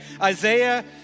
Isaiah